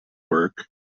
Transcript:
work